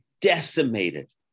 decimated